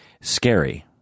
scary –